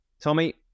Tommy